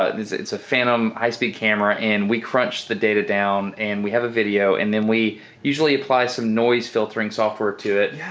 ah and it's it's a phantom high-speed camera and we crunched the data down and we have a video and then we usually apply some noise filtering software to it.